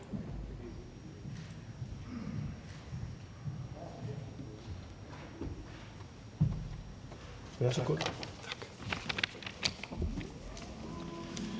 Tak